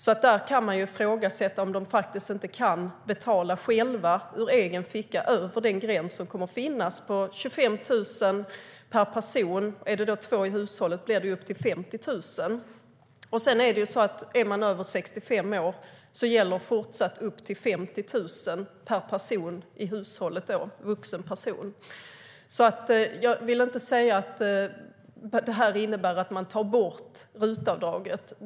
Man kan ifrågasätta om de inte kan betala ur egen ficka över den gräns som kommer att finnas på 25 000 per person. Är det två i hushållet blir det upp till 50 000. Är man över 65 år gäller även i fortsättningen upp till 50 000 per vuxen person i hushållet. Jag vill inte säga att det här innebär att man tar bort RUT-avdraget.